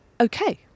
Okay